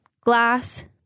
glass